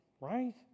right